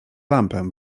lampę